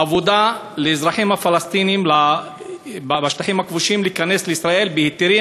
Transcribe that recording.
לאזרחים הפלסטינים בשטחים הכבושים להיכנס לישראל בהיתרים,